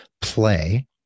play